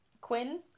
Quinn